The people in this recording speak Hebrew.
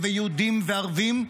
ויהודים וערבים,